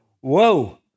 Whoa